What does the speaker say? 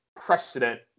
precedent